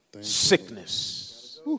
sickness